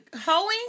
hoeing